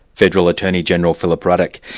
federal attorney-general, philip ruddock.